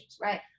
Right